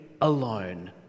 alone